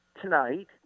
tonight